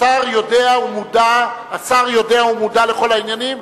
השר יודע ומודע לכל העניינים,